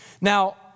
Now